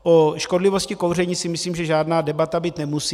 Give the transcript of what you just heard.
O škodlivosti kouření si myslím, že žádná debata být nemusí.